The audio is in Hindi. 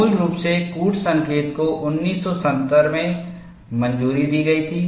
मूल रूप से कूट संकेत को 1970 में मंजूरी दी गई थी